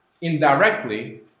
indirectly